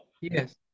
Yes